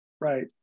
Right